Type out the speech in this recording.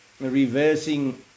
reversing